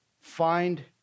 Find